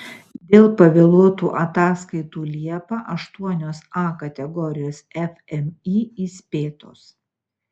dėl pavėluotų ataskaitų liepą aštuonios a kategorijos fmį įspėtos